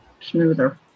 smoother